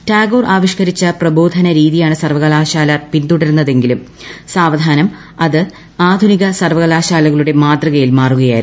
ടാഗോർ ആവിഷ്ക്കരിച്ച പ്രബോധനരീതിയാണ് സർവകലാശാല പിന്തുടരുന്നതെങ്കിലും സാവധാനം അത് ആധുനിക സർവകലാശാലകളുടെ മാതൃകയിൽ മാറുകയായിരുന്നു